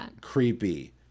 creepy